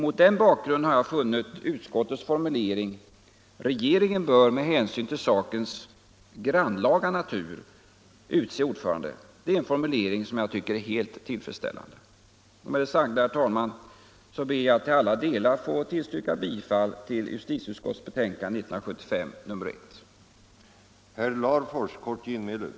Mot den bakgrunden har jag funnit utskottets formulering att ”regeringen — med hänsyn till sakens grannlaga natur — bör utse ordförande” helt tillfredsställande. Med det sagda, herr talman, ber jag att i alla delar få yrka bifall till utskottets hemställan i justitieutskottets betänkande nr 1 år 1975.